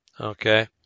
Okay